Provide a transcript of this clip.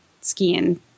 skiing